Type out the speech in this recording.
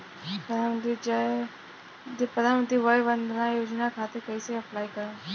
प्रधानमंत्री वय वन्द ना योजना खातिर कइसे अप्लाई करेम?